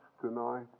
tonight